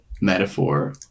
metaphor